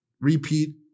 repeat